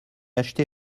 acheté